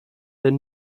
their